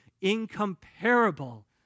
incomparable